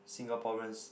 Singaporeans